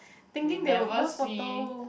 thinking they will post photo